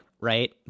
right